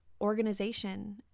organization